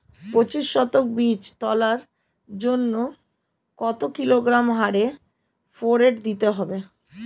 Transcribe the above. পঁচিশ শতক বীজ তলার জন্য কত কিলোগ্রাম হারে ফোরেট দিতে হবে?